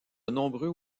nombreux